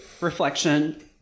reflection